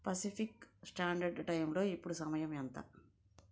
Pacific standard టైమ్లో ఇప్పుడు సమయం ఎంత